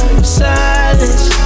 Silence